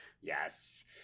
Yes